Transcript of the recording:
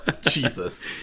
Jesus